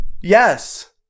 Yes